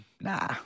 nah